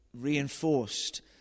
reinforced